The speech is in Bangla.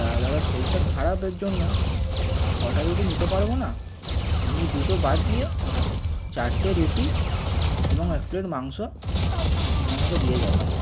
তা দাদা শরীরটা খারাপের জন্য ছটা রুটি নিতে পারব না আপনি দুটো বাদ দিয়ে চারটে রুটি এবং এক প্লেট মাংস আপনি আমাকে দিয়ে যাবেন